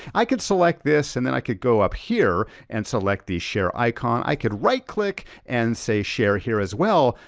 i could select this and then i could go up here and select the share icon, i could right click and say share here as well.